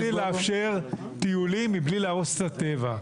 אנחנו רוצים לאפשר טיולים מבלי להרוס את הטבע.